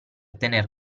tener